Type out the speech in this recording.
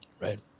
Right